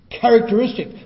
characteristic